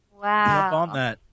Wow